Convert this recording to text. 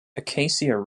acacia